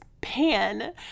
pan